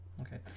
Okay